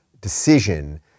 decision